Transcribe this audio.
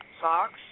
socks